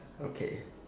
okay